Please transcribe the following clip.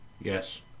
yes